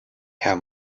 herr